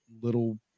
little